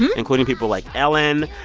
and including people like ellen.